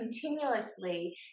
continuously